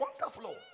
wonderful